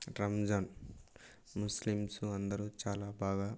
Ramzan Muslims అందరూ చాలా బాగా